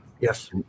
Yes